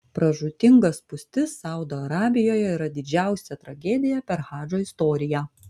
pražūtinga spūstis saudo arabijoje yra didžiausia tragedija per hadžo istoriją